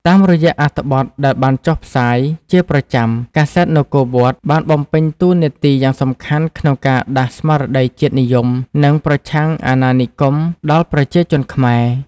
តាមរយៈអត្ថបទដែលបានចុះផ្សាយជាប្រចាំ កាសែត នគរវត្ត បានបំពេញតួនាទីយ៉ាងសំខាន់ក្នុងការដាស់ស្មារតីជាតិនិយម និងប្រឆាំងអាណានិគមដល់ប្រជាជនខ្មែរ។